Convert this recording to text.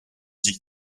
sich